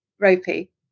ropey